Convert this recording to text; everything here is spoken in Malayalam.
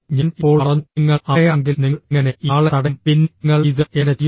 ഞാൻ ഇപ്പോൾ പറഞ്ഞു നിങ്ങൾ അമ്മയാണെങ്കിൽ നിങ്ങൾ എങ്ങനെ ഈ ആളെ തടയും പിന്നെ നിങ്ങൾ ഇത് എങ്ങനെ ചെയ്യും